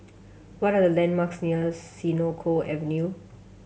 what are the landmarks near Senoko Avenue